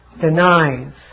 denies